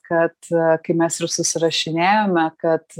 kad kai mes ir susirašinėjome kad